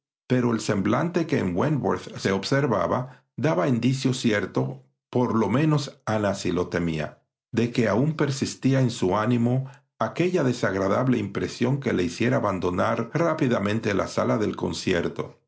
pero el semblante que en wentworth se observaba daba indicio cierto por lo menos aina así lo temía de que aun persistía en su ánimo aquella desagradable impresión que le hiciera abandonar rápidamente la sala del concier